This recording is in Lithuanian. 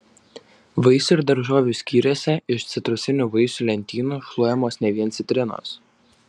vaisių ir daržovių skyriuose iš citrusinių vaisių lentynų šluojamos ne vien citrinos